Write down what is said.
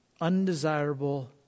undesirable